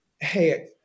hey